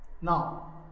now